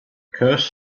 curse